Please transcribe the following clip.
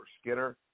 Skinner